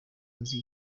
nzi